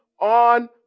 on